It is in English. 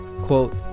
quote